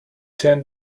tend